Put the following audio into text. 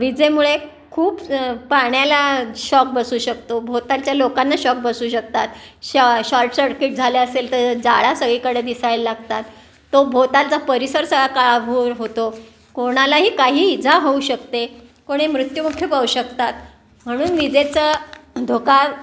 विजेमुळे खूप पाण्याला शॉक बसू शकतो भोवतालच्या लोकांना शॉक बसू शकतात शॉ शॉर्ट सर्किट झाल्या असेल तर ज्वाळा सगळीकडे दिसायला लागतात तो भोवतालचा परिसर सगळा काळाभोर होतो कोणालाही काही इजा होऊ शकते कोणी मृत्युमुखी पडू शकतात म्हणून विजेचा धोका